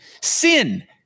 Sin